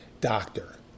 doctor